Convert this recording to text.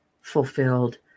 fulfilled